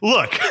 Look